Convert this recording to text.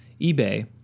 eBay